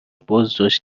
بازداشت